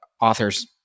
author's